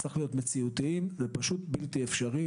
צריך להיות מציאותיים, זה פשוט בלתי אפשרי.